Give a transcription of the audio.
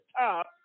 top